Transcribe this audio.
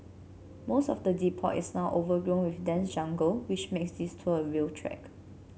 most of the depot is now overgrown with dense jungle which makes this tour a real trek